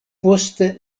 poste